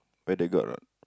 whether got or not